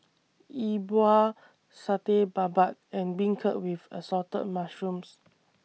Yi Bua Satay Babat and Beancurd with Assorted Mushrooms